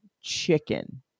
Chicken